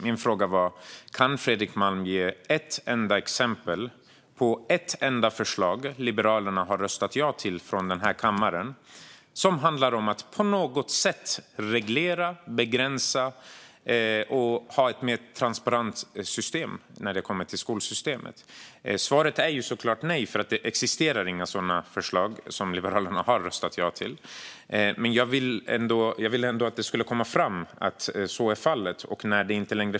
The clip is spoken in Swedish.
Min fråga var: Kan Fredrik Malm ge ett enda exempel på ett enda förslag som Liberalerna har röstat ja till här i kammaren som handlar om att på något sätt reglera och begränsa och att ha ett mer transparent system när det kommer till skolsystemet? Svaret är såklart nej, för det existerar inte några sådana förslag som Liberalerna har röstat ja till. Men jag ville ändå att det skulle komma fram att så är fallet.